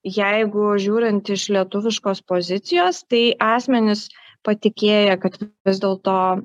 jeigu žiūrint iš lietuviškos pozicijos tai asmenys patikėję kad vis dėlto